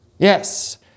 Yes